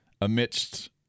amidst